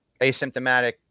asymptomatic